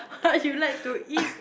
what you like to eat